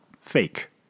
fake